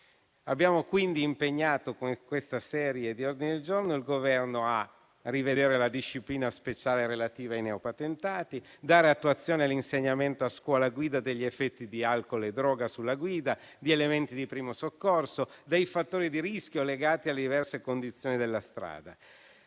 Abbiamo quindi impegnato il Governo, con questa serie di ordini del giorno, a rivedere la disciplina speciale relativa ai neopatentati e a dare attuazione all'insegnamento a scuola guida degli effetti di alcol e droga sulla guida, di elementi di primo soccorso, dei fattori di rischio legati alle diverse condizioni della strada.